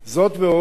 זאת ועוד,